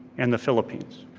and the philippines.